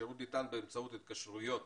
השירות ניתן באמצעות התקשרויות